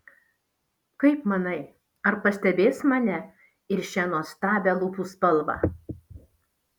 kaip manai ar pastebės mane ir šią nuostabią lūpų spalvą